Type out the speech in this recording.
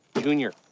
Junior